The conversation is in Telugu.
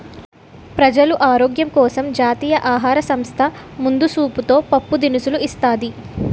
ప్రజలు ఆరోగ్యం కోసం జాతీయ ఆహార సంస్థ ముందు సూపుతో పప్పు దినుసులు ఇస్తాది